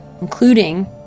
including